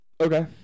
Okay